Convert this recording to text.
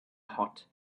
hot